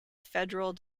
federal